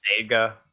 Sega